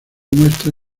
muestra